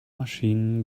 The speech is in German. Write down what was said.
maschinen